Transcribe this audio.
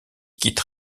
quitte